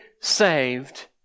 saved